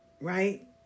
right